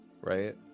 right